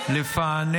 אז למה --- פשע?